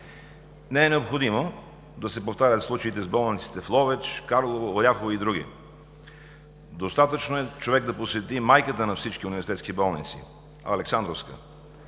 Не е необходимо да се повтарят случаите с болниците в Ловеч, Карлово, Оряхово и други. Достатъчно е човек да посети майката на всички университетски болници: Александровска